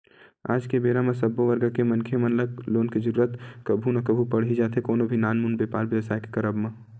आज के बेरा म सब्बो वर्ग के मनखे मन ल लोन के जरुरत कभू ना कभू पड़ ही जाथे कोनो भी नानमुन बेपार बेवसाय के करब म